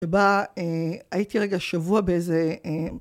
שבה הייתי רגע שבוע באיזה